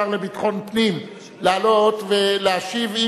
השר לביטחון פנים, לעלות ולהשיב.